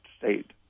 state